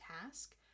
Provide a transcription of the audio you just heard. task